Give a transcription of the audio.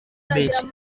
menshi